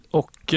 och